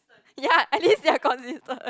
ya at least they are consistent